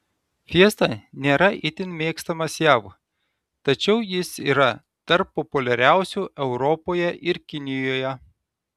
fiesta nėra itin mėgstamas jav tačiau jis yra tarp populiariausių europoje ir kinijoje